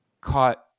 caught